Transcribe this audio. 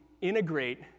integrate